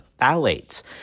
phthalates